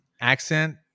accent